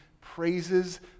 praises